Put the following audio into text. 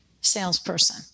salesperson